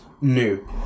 new